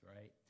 right